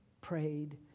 prayed